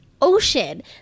Ocean